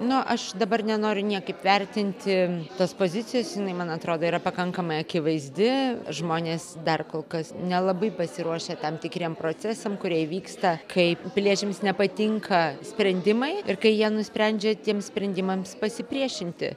nu aš dabar nenoriu niekaip vertinti tos pozicijos jinai man atrodo yra pakankamai akivaizdi žmonės dar kol kas nelabai pasiruošę tam tikriem procesam kurie įvyksta kai piliečiams nepatinka sprendimai ir kai jie nusprendžia tiems sprendimams pasipriešinti